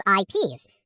IPs